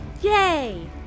yay